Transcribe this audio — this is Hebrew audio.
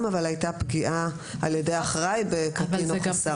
אבל הייתה פגיעה על ידי אחראי בקטין או בחסר ישע.